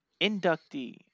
inductee